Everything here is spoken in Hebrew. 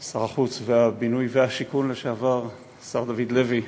שר החוץ ושר הבינוי והשיכון לשעבר, השר דוד לוי,